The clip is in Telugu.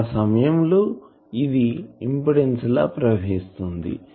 ఆ సమయం లో ఇది ఇంపిడెన్సు లా ప్రవర్తిస్తుంది